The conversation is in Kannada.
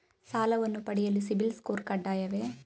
ಸಾಲವನ್ನು ಪಡೆಯಲು ಸಿಬಿಲ್ ಸ್ಕೋರ್ ಕಡ್ಡಾಯವೇ?